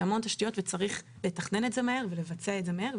זה המון תשתיות וצריך לתכנן את זה מהר ולבצע את זה מהר,